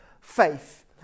faith